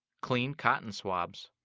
clean cotton swabs.